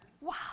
Wow